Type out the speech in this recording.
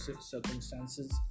circumstances